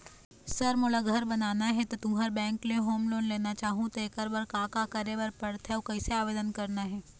Sir मोला घर बनाना हे ता तुंहर बैंक ले होम लोन लेना चाहूँ ता एकर बर का का करे बर पड़थे अउ कइसे आवेदन करना हे?